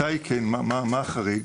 מתי כן, מה החריג?